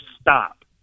stop